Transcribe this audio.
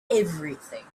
everything